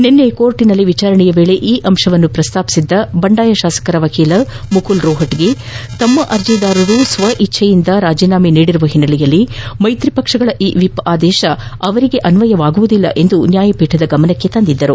ನಿನ್ನೆ ನ್ಯಾಯಾಲಯದಲ್ಲಿ ವಿಚಾರಣೆಯ ವೇಳೆ ಈ ಅಂಶವನ್ನು ಪ್ರಸ್ತಾಪಿಸಿದ ಬಂಡಾಯ ಶಾಸಕರ ವಕೀಲರಾದ ಮುಕುಲ್ ರೋಪ್ಟಗಿ ತಮ್ಮ ಅರ್ಜಿದಾರರು ಸ್ವ ಇಚ್ಛೆಯಿಂದ ರಾಜೀನಾಮೆ ನೀಡಿರುವ ಹಿನ್ನೆಲೆಯಲ್ಲಿ ಮೈತ್ರಿ ಪಕ್ಷಗಳ ಈ ವಿಪ್ ಆದೇಶ ಅವರಿಗೆ ಅನ್ವಯವಾಗುವುದಿಲ್ಲ ಎಂದು ನ್ಯಾಯಪೀಠದ ಗಮನಕ್ಕೆ ತಂದಿದ್ದರು